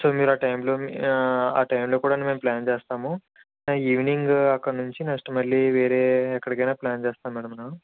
so మీరు ఆ టైంలో మీ ఆ టైంలో కూడా మేం ప్లాన్ చేస్తాము ఈవినింగు అక్కడినుంచి నెక్స్ట్ మళ్ళీ వేరే ఎక్కడికైన ప్లాన్ చేస్తాం మ్యాడమ్ మనం